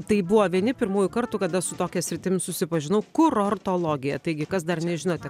tai buvo vieni pirmųjų kartų kada su tokia sritim susipažinau kurortologija taigi kas dar nežinote